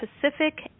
Pacific